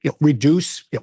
reduce